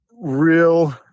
real